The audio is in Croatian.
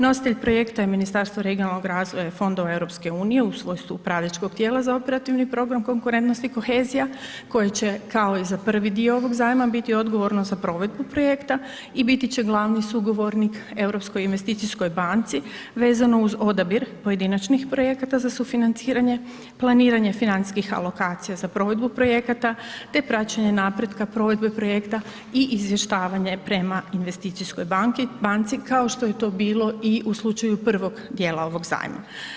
Nositelj projekta je Ministarstvo regionalnoga razvoja i fondova EU u svojstvu upravljačkog tijela za Operativni program Konkurentnost i kohezija koje će kao i za prvi dio ovog zajma biti odgovorno za provedbu projekta i biti će glavni sugovornik Europskoj investicijskoj banci vezano uz odabir pojedinačnih projekata za sufinanciranje, planiranje financijskih alokacija za provedbu projekata te praćenje napretka provedbe projekta i izvještavanje prema investicijskoj banki, banci, kao što je to bilo i u slučaju prvog dijela ovog zajma.